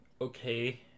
okay